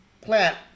plant